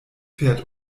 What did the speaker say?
fährt